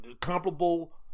comparable